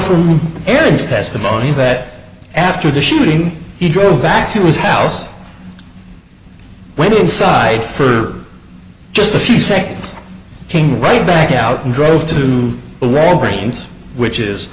from ends testimony that after the shooting he drove back to his house went inside for just a few seconds came right back out and drove to the royal marines which is